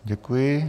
Děkuji.